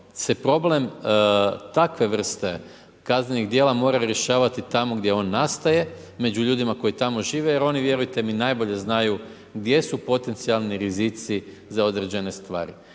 se problem takve vrste kaznenih dijela mora rješavati tamo gdje on nastane, među ljudima koji tamo žive, jer oni vjerujte mi, najbolje znaju, gdje su potencijalni rizici za određene stvari.